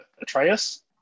Atreus